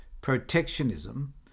protectionism